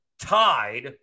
tied